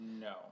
No